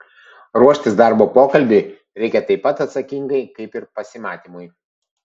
ruoštis darbo pokalbiui reikia taip pat atsakingai kaip ir pasimatymui